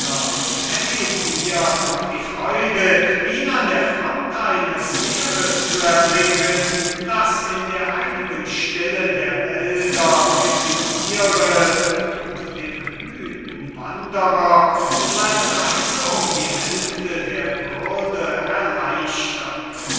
erlebet ihr noch die freude ihn an der fronte eines heeres zu erblicken das in der heiligen stille der wälder residiret und dem müden wanderer seine reise um die hälfte der bürde erleichtert